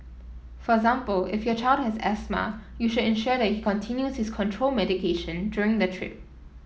for example if your child has asthma you should ensure that he continues his control medication during the trip